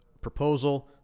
proposal